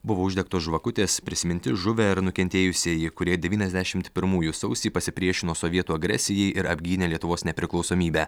buvo uždegtos žvakutės prisiminti žuvę ir nukentėjusieji kurie devyniasdešimt pirmųjų sausį pasipriešino sovietų agresijai ir apgynė lietuvos nepriklausomybę